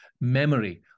memory